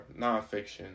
nonfiction